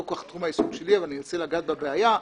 תחום העיסוק שלי אבל אני ארצה לגעת בבעיה,